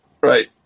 right